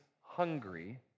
hungry